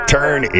Turn